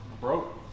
broke